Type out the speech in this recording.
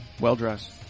well-dressed